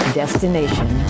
destination